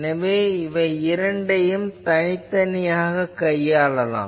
எனவே இந்த இரண்டையும் தனித்தனியாகக் கையாளலாம்